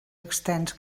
extens